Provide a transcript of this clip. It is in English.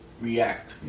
react